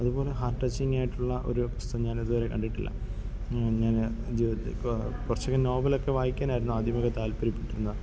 അതുപോലെ ഹാർട്ട് ടച്ചിങ്ങായിട്ടുള്ള ഒരു പുസ്തകം ഞാനിതുവരെ കണ്ടിട്ടില്ല ഞാൻ ജീവിതത്തിൽ കുറച്ചിങ്ങനെ നോവലൊക്കെ വായിക്കാനായിരുന്നു ആദ്യമൊക്കെ താൽപ്പര്യപ്പെട്ടിരുന്നത്